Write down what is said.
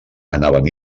anaven